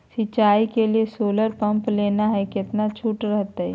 सिंचाई के लिए सोलर पंप लेना है कितना छुट रहतैय?